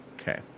okay